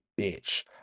bitch